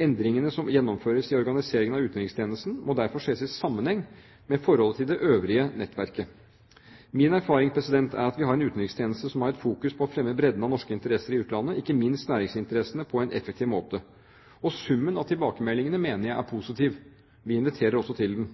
Endringene som gjennomføres i organiseringen av utenrikstjenesten, må derfor ses i sammenheng med forholdet til det øvrige nettverket. Min erfaring er at vi har en utenrikstjeneste som har et fokus på å fremme bredden av norske interesser i utlandet, ikke minst næringsinteressene, på en effektiv måte. Summen av tilbakemeldingene mener jeg er positiv – vi inviterer også til den.